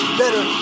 better